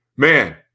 Man